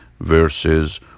verses